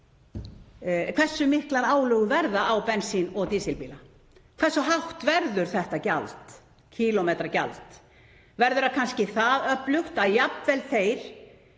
hversu miklar álögur verða á bensín- og dísilbíla, hversu hátt þetta gjald verður, kílómetragjald. Verður það kannski það öflugt að jafnvel þeir